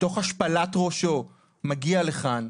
תוך השפלת ראשו - מגיע לכאן,